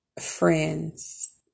friends